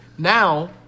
Now